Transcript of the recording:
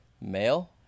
male